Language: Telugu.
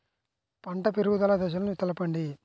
పంట పెరుగుదల దశలను తెలపండి?